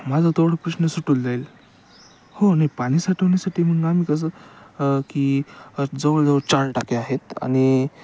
माझा तेवढा प्रश्न सुटूून जाईल हो नाही पाणी साठवण्यासाठी मग आम्ही कसं की जवळ जवळ चार टाके आहेत आणि